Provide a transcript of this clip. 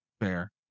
Fair